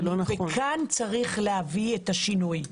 וכאן צריך לעשות את השינוי.